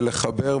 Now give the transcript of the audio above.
זה לחבר.